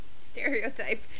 stereotype